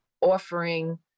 offering